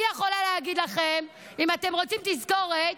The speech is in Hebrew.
אני יכולה להגיד לכם, אם אתם רוצים תזכורת,